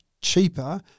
cheaper